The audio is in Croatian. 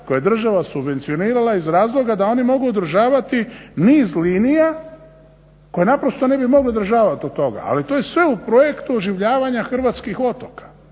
koje je država subvencionirala iz razloga da oni mogu održavati niz linija koje ne bi mogle održavati od toga. ali to je sve u projektu oživljavanja hrvatskih otoka.